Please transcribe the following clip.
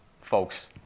folks